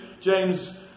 James